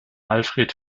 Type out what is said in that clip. alfred